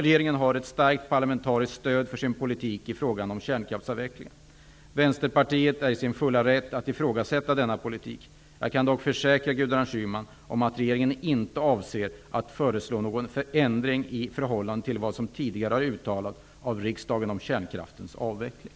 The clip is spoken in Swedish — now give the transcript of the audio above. Regeringen har ett starkt parlamentariskt stöd för sin politik i frågan om kärnkraftsavvecklingen. Vänsterpartiet är i sin fulla rätt att ifrågasätta denna politik. Jag kan dock försäkra Gudrun Schyman om att regeringen inte avser att föreslå någon ändring i förhållande til vad som tidigare har uttalats av riksdagen om kärnkraftens avveckling.